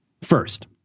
First